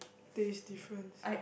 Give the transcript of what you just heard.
there is difference